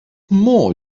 more